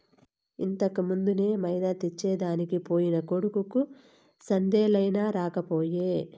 ఇంతకుమున్నే మైదా తెచ్చెదనికి పోయిన కొడుకు సందేలయినా రాకపోయే